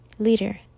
Leader